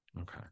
Okay